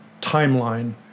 timeline